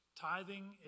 Tithing